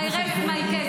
חברת הכנסת גוטליב.